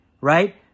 right